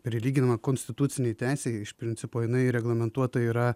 prilyginama konstitucinei teisei iš principo jinai reglamentuota yra